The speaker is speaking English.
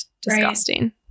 disgusting